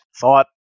thought